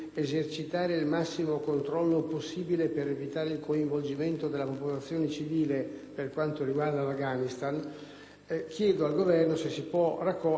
Chiedo al Governo se può accogliere come raccomandazione